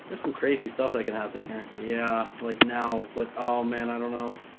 there's some crazy stuff that can happen here yeah like now but oh man i don't know